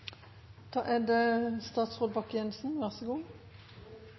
Da er det